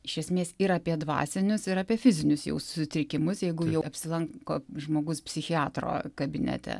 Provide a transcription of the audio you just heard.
iš esmės ir apie dvasinius ir apie fizinius jau sutrikimus jeigu jau apsilanko žmogus psichiatro kabinete